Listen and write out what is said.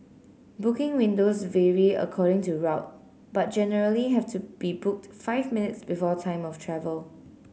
booking windows vary according to route but generally have to be booked five minutes before time of travel